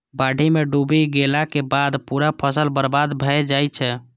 बाढ़ि मे डूबि गेलाक बाद पूरा फसल बर्बाद भए जाइ छै